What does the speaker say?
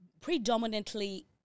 Predominantly